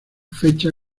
fecha